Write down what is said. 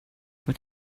what